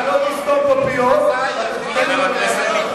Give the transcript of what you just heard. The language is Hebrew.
אתה לא תסתום פה פיות ואתה תיתן לי לומר.